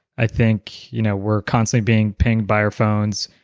i think you know we're constantly being pinged by our phones,